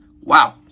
Wow